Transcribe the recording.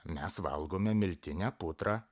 mes valgome miltinę putrą